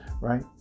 right